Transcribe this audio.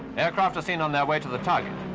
aircraft as seen on their way to the target,